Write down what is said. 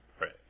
Right